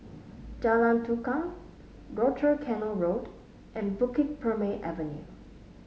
Jalan Tukang Rochor Canal Road and Bukit Purmei Avenue